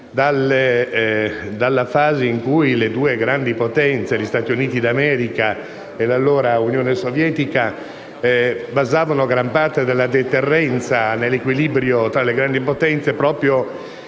dalla fase in cui le due grandi potenze - gli Stati Uniti d'America e l'allora Unione Sovietica - basavano gran parte della deterrenza nell'equilibrio tra le grandi potenze proprio